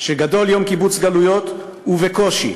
שגדול יום קיבוץ גלויות ובקושי,